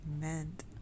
meant